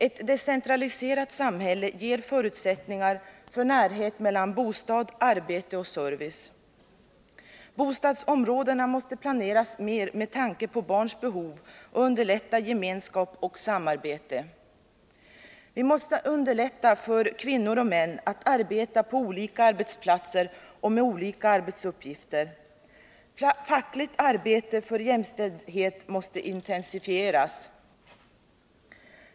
Ett decentraliserat samhälle ger förutsättningar för närhet mellan bostad, arbete och service. Bostadsområdena måste planeras mer med tanke på barns behov och underlätta gemenskap och samarbete. Vi måste underlätta för kvinnor och män att arbeta på olika arbetsplatser och med olika arbetsuppgifter. Fackligt arbete för jämställdhet måste intensifieras.